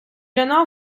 honore